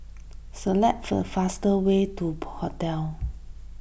select the faster way to Hotel